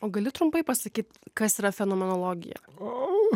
o gali trumpai pasakyt kas yra fenomenologija o